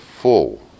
full